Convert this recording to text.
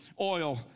oil